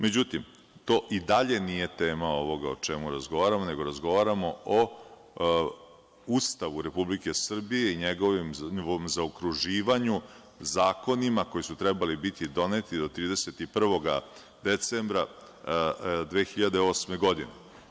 Međutim, to i dalje nije tema ovoga o čemu razgovaramo, nego razgovaramo o Ustavu Republike Srbije i njegovom zaokruživanju zakonima koji su trebali biti doneti do 31. decembra 2008. godine.